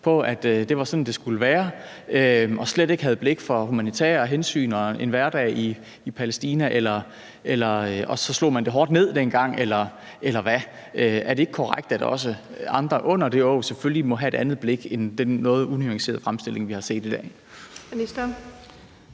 på, at det var sådan, det skulle være, og slet ikke havde blik for humanitære hensyn og en hverdag i Palæstina, og at man slog hårdt ned dengang, eller hvad? Er det ikke korrekt, at også andre under det åg selvfølgelig må have et andet blik end den noget unuancerede fremstilling, vi har hørt i dag?